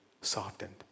softened